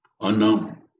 unknown